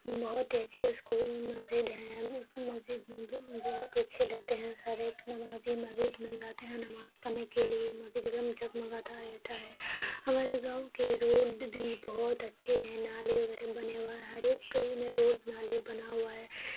بہت ہی اچھے اسکول مسجد ہیں اس مسجد میں بہت ہی اچھے لگتے ہیں سارے ایک نمازی مسجد میں جاتے ہیں نماز پڑھنے کے لیے مسجد ایک دم جھگمگاتا رہتا ہے ہمارے گاؤں کے روڈ بھی بہت اچھے ہیں نالے وغیرہ بنے ہوا ہے ہر ایک میں روڈ نالے بنا ہوا ہے